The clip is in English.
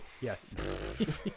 Yes